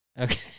okay